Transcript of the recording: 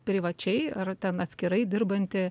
privačiai ar ten atskirai dirbantį